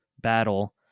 battle